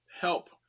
help